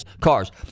cars